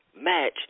match